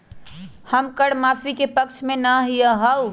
हम कर माफी के पक्ष में ना ही याउ